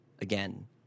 again